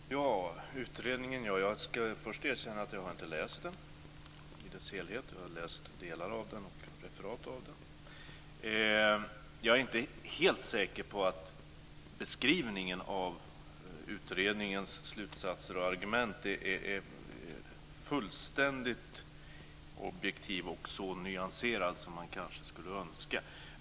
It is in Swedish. Fru talman! Utredningen, ja. Jag ska först erkänna att jag inte har läst den i dess helhet. Jag har läst delar av den och referat av den. Jag är inte helt säker på att beskrivningen av utredningens slutsatser och argument är fullständigt objektiv och så nyanserad som man kanske skulle önska.